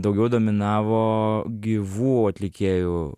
daugiau dominavo gyvų atlikėjų